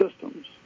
systems